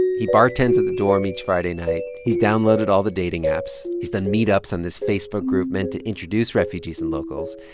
he bartends at the dorm each friday night. he's downloaded all the dating apps. he's done meetups on this facebook group meant to introduce refugees and locals.